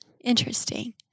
interesting